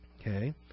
Okay